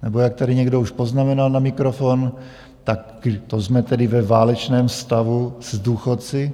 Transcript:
Nebo jak tady někdo už poznamenal na mikrofon, tak to jsme tedy ve válečném stavu s důchodci?